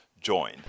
join